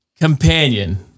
companion